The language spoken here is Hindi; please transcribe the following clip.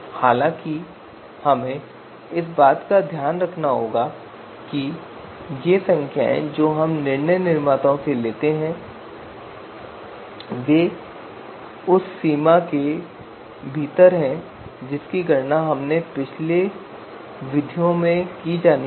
हालाँकि हमें इस बात का ध्यान रखना होगा कि ये संख्याएँ जो हम निर्णय निर्माताओं से लेते हैं वे उस सीमा के भीतर हों जिसकी गणना पिछली विधियों द्वारा की जानी है